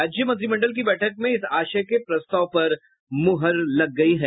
राज्य मंत्रिमंडल की बैठक में इस आशय के प्रस्ताव पर मुहर लग गयी है